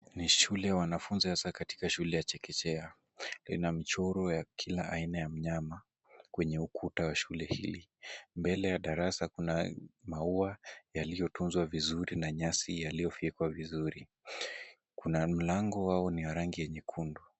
Hii ni shule ya wanafunzi hasa katika shule ya chekechea ina mchoro wa kila mnyama kwenye ukuta wa shule hili. Mbele ya darasa kuna maua yaliyotunzwa vizuri na nyasi yaliyofyekwa vizuri kuna mlango wao ni wa rangi ya nyekundu.